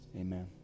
amen